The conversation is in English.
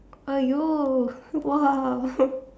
!aiyo! !wow!